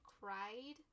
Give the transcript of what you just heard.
cried